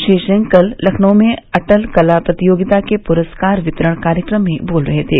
श्री सिंह कल लखनऊ में अटल कला प्रतियोगिता के पुरस्कार वितरण कार्यक्रम में बोल रहे थे